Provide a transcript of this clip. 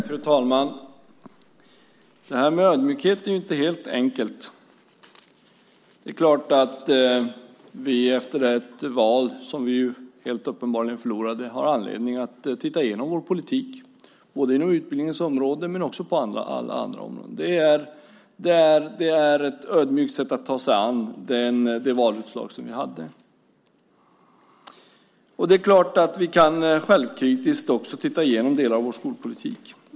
Fru talman! Ödmjukhet är inte något helt enkelt. Det är klart att vi efter ett val som vi helt uppenbarligen förlorade har anledning att titta igenom vår politik, både inom utbildningens område och på alla andra områden. Det är ett ödmjukt sätt att ta sig an det valutslag som vi fick. Det är klart att vi självkritiskt också kan titta igenom delar av vår skolpolitik.